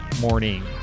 morning